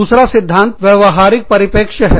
दूसरा सिद्धांत व्यवहारिक परिप्रेक्ष्य एक है